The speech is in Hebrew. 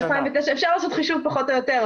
אפשר לעשות חישוב פחות או יותר,